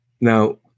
Now